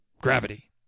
gravity